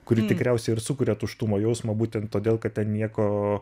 kuri tikriausiai ir sukuria tuštumo jausmą būtent todėl kad ten nieko